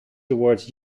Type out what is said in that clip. towards